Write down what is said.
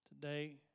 Today